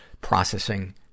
processing